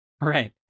Right